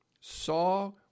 saw